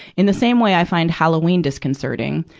in the same way, i find halloween disconcerting,